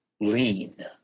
lean